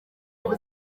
uko